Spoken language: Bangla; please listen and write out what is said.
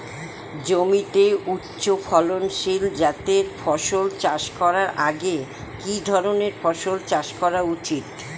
জমিতে উচ্চফলনশীল জাতের ফসল চাষ করার আগে কি ধরণের ফসল চাষ করা উচিৎ?